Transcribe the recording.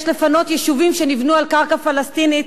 לפנות יישובים שנבנו על קרקע פלסטינית,